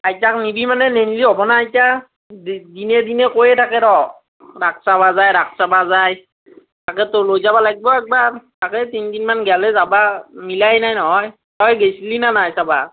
আইতাক নিবি মানে নিন্লি হ'ব না এতিয়া দিনে দিনে কৈয়ে থাকে ৰ' ৰাস চাবা যায় ৰাস চাবা যায় তাকেতো লৈ যাব লাগবো একবাৰ তাকে তিনিদিনমান গেলে যাবা মিলাই নাই নহয় তই গেছ্লি না নাই চাবা